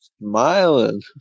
smiling